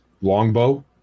longbow